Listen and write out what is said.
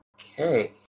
Okay